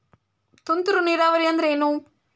ತುಂತುರು ನೇರಾವರಿ ಅಂದ್ರ ಏನ್?